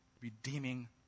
redeeming